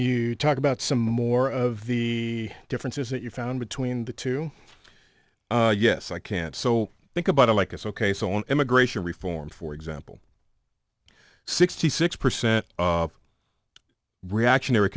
you talk about some more of the differences that you found between the two yes i can't so think about it like it's ok so on immigration reform for example sixty six percent of reactionary